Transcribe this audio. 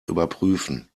überprüfen